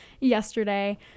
yesterday